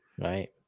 right